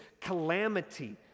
calamity